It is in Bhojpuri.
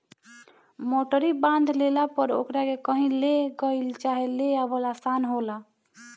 मोटरी बांध लेला पर ओकरा के कही ले गईल चाहे ले आवल आसान होला